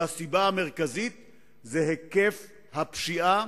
והסיבה המרכזית היא היקף הפשיעה